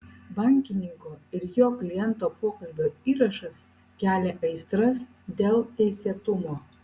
bankininko ir jo kliento pokalbio įrašas kelia aistras dėl teisėtumo